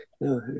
no